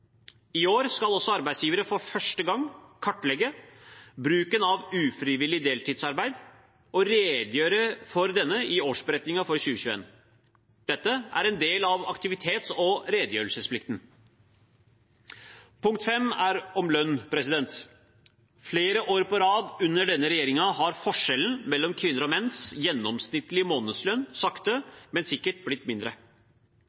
I år skal også arbeidsgivere for første gang kartlegge bruken av ufrivillig deltidsarbeid og redegjøre for denne i årsberetningen for 2021. Dette er en del av aktivitets- og redegjørelsesplikten. Punkt 5 er lønn. Flere år på råd under denne regjeringen har forskjellen mellom kvinner og menns gjennomsnittlige månedslønn